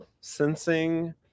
sensing